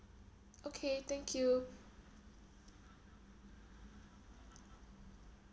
okay thank you